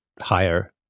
higher